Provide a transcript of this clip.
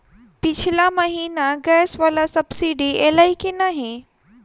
पिछला महीना गैस वला सब्सिडी ऐलई की नहि?